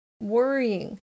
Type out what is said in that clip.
worrying